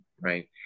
right